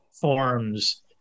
forms